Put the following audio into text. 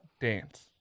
dance